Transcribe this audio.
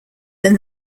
than